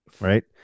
Right